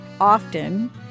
often